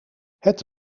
het